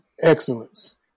excellence